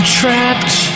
trapped